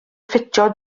ffitio